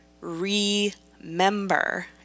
remember